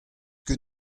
ket